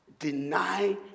Deny